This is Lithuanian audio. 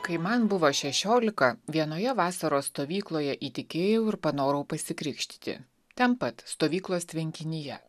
kai man buvo šešiolika vienoje vasaros stovykloje įtikėjau ir panorau pasikrikštyti ten pat stovyklos tvenkinyje